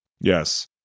Yes